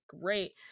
great